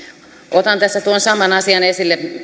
otan tässä tuon saman asian esille